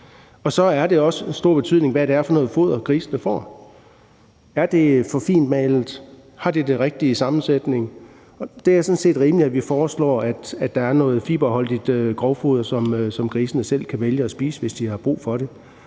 Så er det også af stor betydning, hvad det er for noget foder, grisene får. Er det for fintmalet? Har det den rigtige sammensætning? Det er sådan set rimeligt, at vi foreslår, at der er noget fiberholdigt grovfoder, som grisene selv kan vælge at spise, hvis de har brug for det,